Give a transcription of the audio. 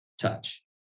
touch